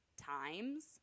times